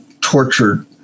tortured